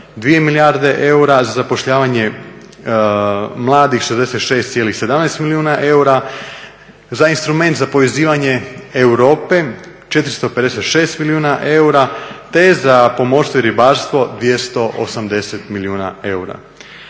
2 milijarde eura, zapošljavanje mladih 66,17 milijuna eura, za instrument za povezivanje Europe 456 milijuna eura te za pomorstvo i ribarstvo 280 milijuna eura.